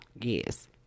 Yes